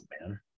man